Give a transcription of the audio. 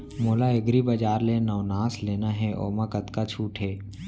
मोला एग्रीबजार ले नवनास लेना हे ओमा कतका छूट हे?